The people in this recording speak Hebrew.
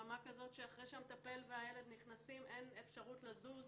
ברמה כזאת שאחרי שהמטפל והילד נכנסים אין אפשרות לזוז.